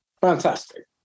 Fantastic